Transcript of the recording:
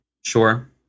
Sure